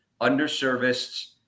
underserviced